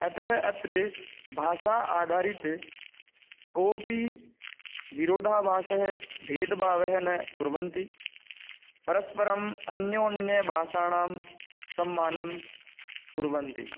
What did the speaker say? अतः अत्र भाषा आधारितः कोऽपि विरोधाभासः भेदभावं न कुर्वन्ति परस्परम् अन्योन्यभाषाणां सम्मानं कुर्वन्ति